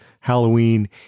Halloween